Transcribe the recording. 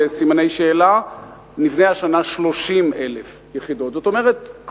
ישראל זקוקה ל-40,000 יחידות דיור לפחות מדי שנה.